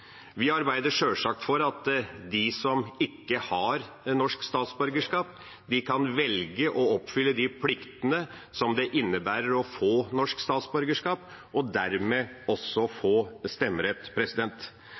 Vi arbeider sjølsagt for at de som ikke har norsk statsborgerskap, kan velge å oppfylle de pliktene det innebærer å få norsk statsborgerskap, og dermed også